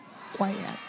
quiet